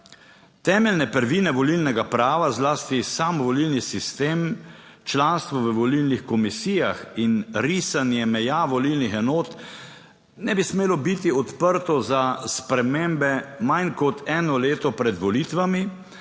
Temeljne prvine volilnega prava, zlasti sam volilni sistem, članstvo v volilnih komisijah in risanje meja volilnih enot ne bi smelo biti odprto za spremembe manj kot eno leto pred volitvami